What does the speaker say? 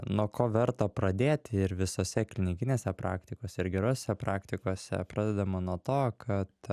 nuo ko verta pradėti ir visose klinikinėse praktikose ir gerose praktikose pradedama nuo to kad